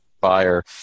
buyer